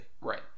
right